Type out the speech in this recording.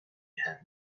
had